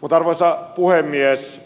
mutta arvoisa puhemies